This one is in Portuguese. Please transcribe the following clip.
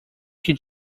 que